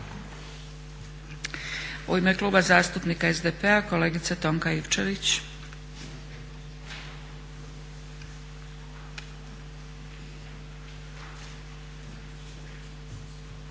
U ime Kluba zastupnika SDP-a kolegica Tonka Ivčević.